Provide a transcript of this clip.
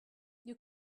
you